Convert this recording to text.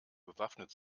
bewaffnet